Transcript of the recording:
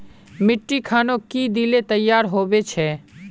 मिट्टी खानोक की दिले तैयार होबे छै?